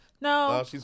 No